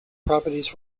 properties